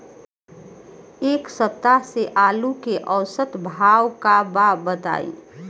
एक सप्ताह से आलू के औसत भाव का बा बताई?